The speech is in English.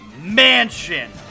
Mansion